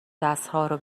دستهارو